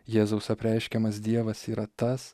jėzaus apreiškiamas dievas yra tas